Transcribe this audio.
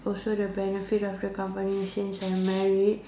also the benefit of the company since I'm married